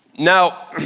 Now